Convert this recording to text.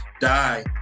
die